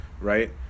right